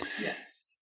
Yes